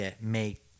make